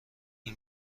آیا